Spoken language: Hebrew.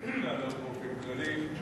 לענות באופן כללי.